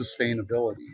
sustainability